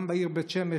גם בעיר בית שמש,